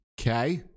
Okay